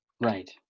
Right